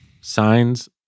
signs